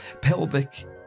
Pelvic